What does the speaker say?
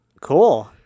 Cool